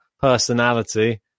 personality